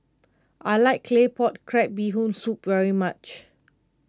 I like Claypot Crab Bee Hoon Soup very much